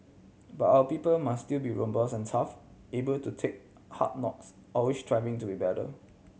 but our people must still be robust and tough able to take hard knocks always striving to be better